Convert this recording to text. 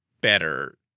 better